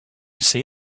see